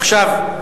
עכשיו,